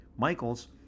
michael's